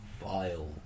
vile